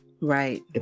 Right